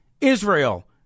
Israel